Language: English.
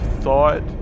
thought